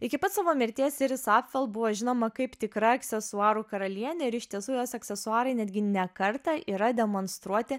iki pat savo mirties iris apfel buvo žinoma kaip tikra aksesuarų karalienė ir iš tiesų jos aksesuarai netgi ne kartą yra demonstruoti